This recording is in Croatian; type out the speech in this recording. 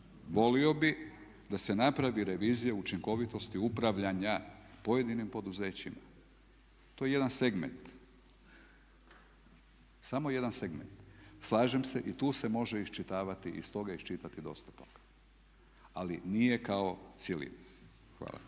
volio bih da se napravi revizija učinkovitosti upravljanja pojedinim poduzećima. To je jedan segment. Samo jedan segment. Slažem se i tu se može iščitavati, iz toga iščitati dosta toga. Ali nije kao cjelina. Hvala.